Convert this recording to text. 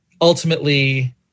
ultimately